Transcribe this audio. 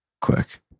quick